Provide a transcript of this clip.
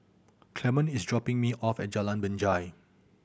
Clemon is dropping me off at Jalan Binjai